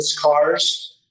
cars